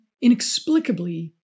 inexplicably